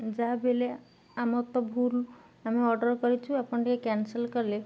ଯାହା ବି ହେଲେ ଆମ ତ ଭୁଲ୍ ଆମେ ଅର୍ଡ଼ର୍ କରିଛୁ ଆପଣ ଟିକେ କ୍ୟାନସେଲ୍ କଲେ